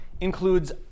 includes